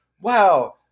Wow